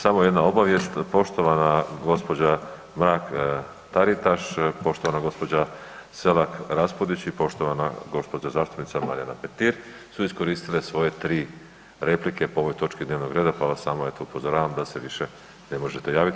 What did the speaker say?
Samo jedna obavijest poštovana gospođa Mrak Taritaš, poštovana gospođa Selak Raspudić i poštovana gospođa zastupnica Marijana Petri su iskoristile svoje tri replike po ovoj točki dnevnog reda pa vas samo eto upozoravam da se više ne možete javiti.